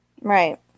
Right